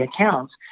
accounts